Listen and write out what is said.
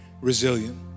resilient